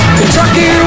Kentucky